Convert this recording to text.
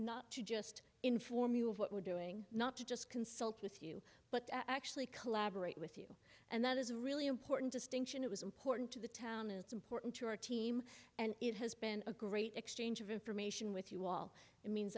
not to just inform you of what we're doing not just consult with you but actually collaborate with you and that is a really important distinction it was important to the town and it's important to our team and it has been a great exchange of information with you all it means